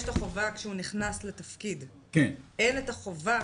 כשהוא נכנס לתפקיד יש חובה, אין חובה